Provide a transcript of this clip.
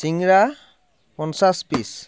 চিঙৰা পঞ্চাচ পিছ